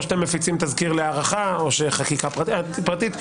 או שאתם מפיצים תזכיר להארכה או שחקיקה פרטית,